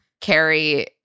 Carrie